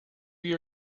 year